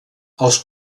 els